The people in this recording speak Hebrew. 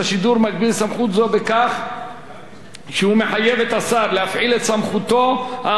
זו בכך שהוא מחייב את השר להפעיל את סמכותו האמורה רק לאחר